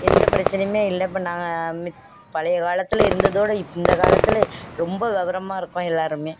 எந்த பிரச்சினையுமே இல்லை இப்போ நாங்கள் மிக பழைய காலத்தில் இருந்ததோட இந்த காலத்தில் ரொம்ப விவரமா இருக்கோம் எல்லாேருமே